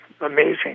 amazing